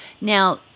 Now